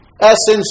essence